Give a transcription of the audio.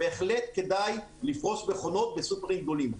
בהחלט כדאי לפרוס מכונות בסופרים גדולים,